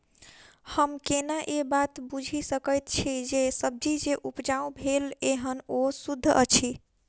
हम केना ए बात बुझी सकैत छी जे सब्जी जे उपजाउ भेल एहन ओ सुद्ध अछि?